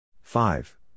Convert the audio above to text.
five